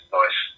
nice